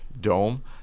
dome